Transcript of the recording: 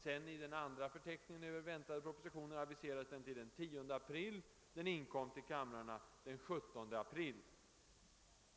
I den andra förteckningen över väntade propositioner aviserades den till den 10 april. Den inkom till kamrarna den 17 april.